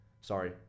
sorry